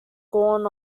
gone